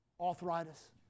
arthritis